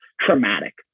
traumatic